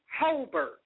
Holbert